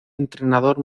entrenador